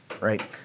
right